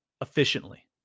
efficiently